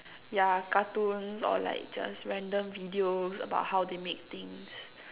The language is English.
ya cartoons or like just random videos about how they make things